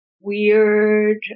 weird